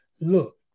look